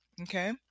Okay